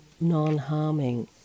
non-harming